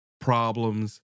problems